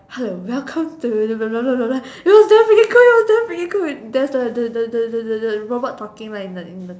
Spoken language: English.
hello welcome to blah blah blah blah blah blah you know that's freaking cool it was damn freaking cool there's the the the the the robot talking right in the in the